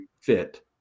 fit